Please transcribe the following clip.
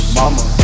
mama